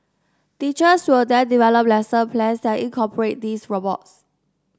teachers will then develop lesson plans that incorporate these robots